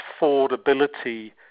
affordability